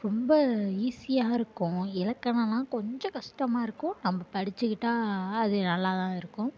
ரொம்ப ஈஸியாக இருக்கும் இலக்கணலாம் கொஞ்சம் கஷ்டமா இருக்கும் நம்ம படிச்சிக்கிட்டால் அது நல்லா தான் இருக்கும்